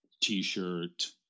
t-shirt